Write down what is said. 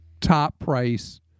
top-price